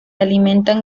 alimenta